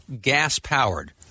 gas-powered